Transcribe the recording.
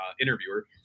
interviewer